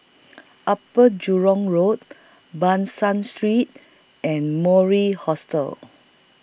Upper Jurong Road Ban San Street and Mori Hostel